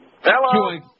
Hello